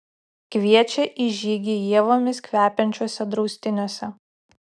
kviečia į žygį ievomis kvepiančiuose draustiniuose